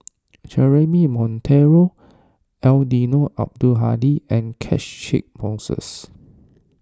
Jeremy Monteiro Eddino Abdul Hadi and Catchick Moses